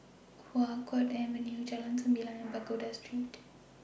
Hua Guan Avenue Jalan Sembilang and Pagoda Street